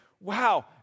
wow